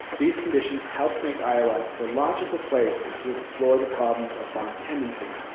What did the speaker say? these conditions helped make iowa the logical place to explore the problems of farm tenancy.